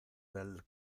del